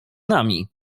nami